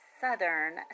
southern